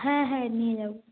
হ্যাঁ হ্যাঁ নিয়ে যাব